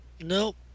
Nope